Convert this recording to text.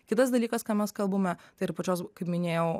kitas dalykas ką mes kalbame tai yra pačios kaip minėjau